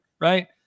right